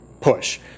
push